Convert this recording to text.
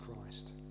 christ